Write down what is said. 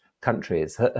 countries